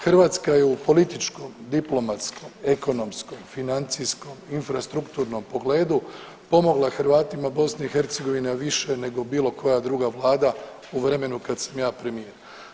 Hrvatska je u političkom, diplomatskom, ekonomskom, financijskom, infrastrukturnom pogledu pomogla Hrvatima BiH više nego bilo koja druga vlada u vremenu kad sam ja premijer.